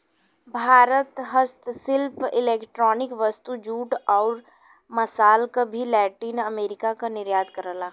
भारत हस्तशिल्प इलेक्ट्रॉनिक वस्तु, जूट, आउर मसाल क भी लैटिन अमेरिका क निर्यात करला